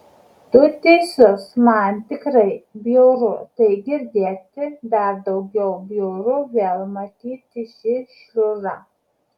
tu teisus man tikrai bjauru tai girdėti dar daugiau bjauru vėl matyti šį šliužą